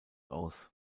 aus